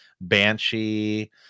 Banshee